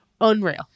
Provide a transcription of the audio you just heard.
unreal